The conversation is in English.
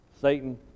Satan